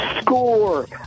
score